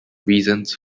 reasons